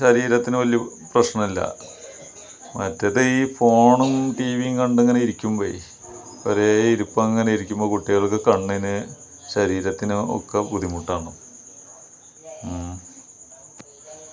ശരീരത്തിന് വലിയ പ്രശ്നമില്ല മറ്റേത് ഈ ഫോണും ടീവിയും കണ്ടിങ്ങനെ ഇരിക്കുമ്പം ഒരേ ഇരിപ്പിങ്ങനെ ഇരിക്കുമ്പോൾ കുട്ടികൾക്ക് കണ്ണിന് ശരീരത്തിന് ഒക്കെ ബുദ്ധിമുട്ടാണ്